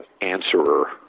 answerer